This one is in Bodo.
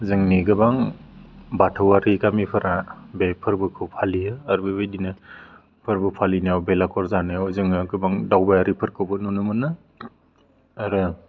जोंनि गोबां बाथौआरि गामिफोरा बे फोरबोखौ फालियो आरो बेबायदिनो फोरबो फालिनायाव बेलागुर जानायाव जोङो गोबां दावबायारिफोरखौबो नुनो मोनो आरो